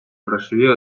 грошові